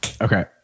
okay